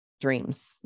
dreams